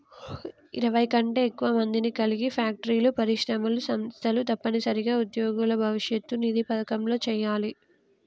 ఇరవై కంటే ఎక్కువ మందిని కలిగి ఫ్యాక్టరీలు పరిశ్రమలు సంస్థలు తప్పనిసరిగా ఉద్యోగుల భవిష్యత్ నిధి పథకంలో చేయాలి